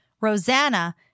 Rosanna